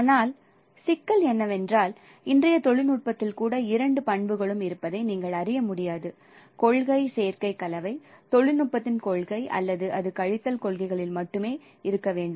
ஆனால் சிக்கல் என்னவென்றால் இன்றைய தொழில்நுட்பத்தில் கூட இரண்டு பண்புகளும் இருப்பதை நீங்கள் அறிய முடியாது கொள்கை சேர்க்கை கலவை தொழில்நுட்பத்தின் கொள்கை அல்லது அது கழித்தல் கொள்கைகளில் மட்டுமே இருக்க வேண்டும்